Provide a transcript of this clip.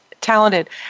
talented